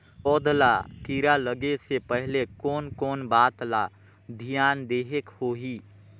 पौध ला कीरा लगे से पहले कोन कोन बात ला धियान देहेक होही?